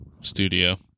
studio